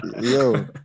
Yo